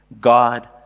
God